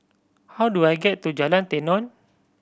how do I get to Jalan Tenon